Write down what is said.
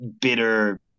bitter